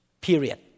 Period